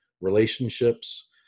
relationships